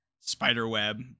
spiderweb